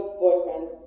boyfriend